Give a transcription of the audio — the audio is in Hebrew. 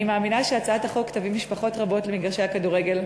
אני מאמינה שהצעת החוק תביא משפחות רבות למגרשי הכדורגל,